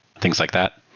things like that.